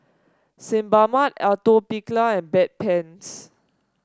Sebamed Atopiclair and Bedpans